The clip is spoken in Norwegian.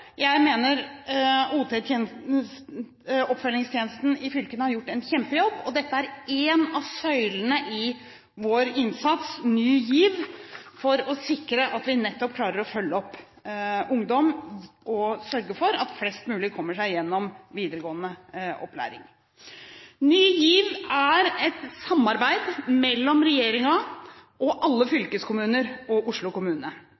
Jeg mener oppfølgingstjenesten i fylkene har gjort en kjempejobb. Dette er én av søylene i vår innsats, Ny GIV, for å sikre at vi nettopp klarer å følge opp ungdom og sørge for at flest mulig kommer seg gjennom videregående opplæring. Ny GIV er et samarbeid mellom regjeringen, alle fylkeskommuner og Oslo kommune.